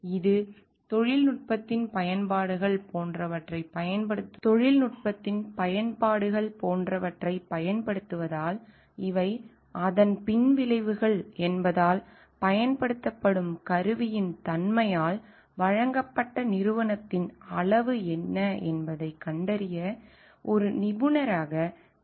இது தொழில்நுட்பத்தின் பயன்பாடுகள் போன்றவற்றைப் பயன்படுத்துவதால் இவை அதன் பின்விளைவுகள் என்பதால் பயன்படுத்தப்படும் கருவியின் தன்மையால் வழங்கப்பட்ட நிறுவனத்தின் அளவு என்ன என்பதைக் கண்டறிய ஒரு நிபுணராக பொறியாளர் இருக்கிறார்